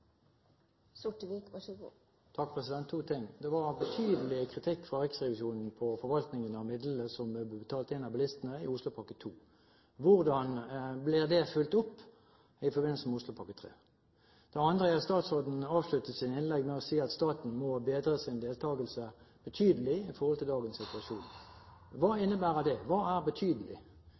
og så skal vi koma tilbake til denne saka på eit seinare tidspunkt. To ting: Det var betydelig kritikk fra Riksrevisjonen over forvaltningen av midlene som ble betalt inn av bilistene i Oslopakke 2. Hvordan blir det fulgt opp i forbindelse med Oslopakke 3? Det andre er: Statsråden avsluttet sitt innlegg med å si at staten må bedre sin deltakelse betydelig i forhold til dagens situasjon. Hva innebærer det? Hva er betydelig?